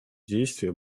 действия